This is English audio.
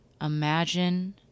Imagine